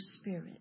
spirit